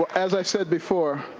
as i said before,